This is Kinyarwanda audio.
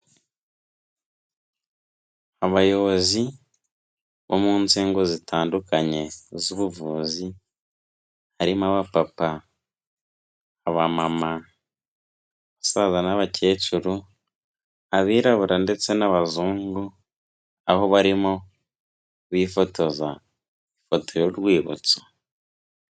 Abayobozi bo mu nzego zitandukanye z'ubuvuzi, harimo abapapa, abamama, abasaza n'abakecuru, abirabura ndetse n'abazungu, aho barimo bifotoza ifoto y'urwibutso.